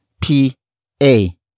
P-A